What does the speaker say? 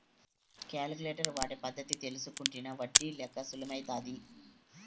calculator వాడే పద్ధతి తెల్సుకుంటినా ఒడ్డి లెక్క సులుమైతాది